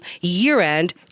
year-end